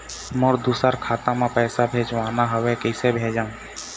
मोर दुसर खाता मा पैसा भेजवाना हवे, कइसे भेजों?